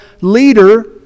leader